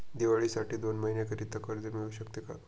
दिवाळीसाठी दोन महिन्याकरिता कर्ज मिळू शकते का?